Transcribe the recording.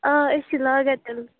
آ أسۍ چھِ لاگان تِلہٕ